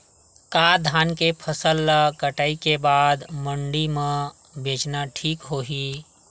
का धान के फसल ल कटाई के बाद मंडी म बेचना ठीक होही?